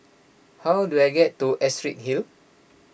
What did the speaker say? how do I get to Astrid Hill